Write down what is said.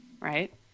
Right